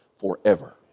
forever